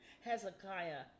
Hezekiah